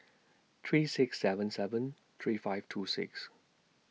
three six seven seven three five two six